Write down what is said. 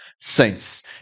saints